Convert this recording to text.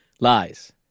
Lies